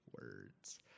words